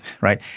right